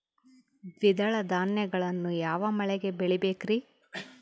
ದ್ವಿದಳ ಧಾನ್ಯಗಳನ್ನು ಯಾವ ಮಳೆಗೆ ಬೆಳಿಬೇಕ್ರಿ?